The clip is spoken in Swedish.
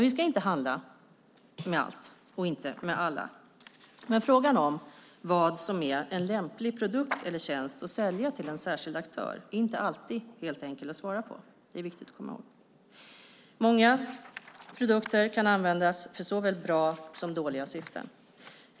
Vi ska inte handla med allt och med alla, men frågan om vad som är en lämplig produkt eller tjänst att sälja till en särskild aktör är inte alltid helt enkel att svara på. Det är viktigt att komma ihåg. Många produkter kan användas för såväl bra som dåliga syften.